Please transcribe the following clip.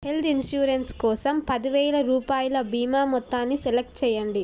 health insurance కోసం పదివేల రూపాయల బీమా మొత్తాన్ని సెలెక్ట్ చేయండి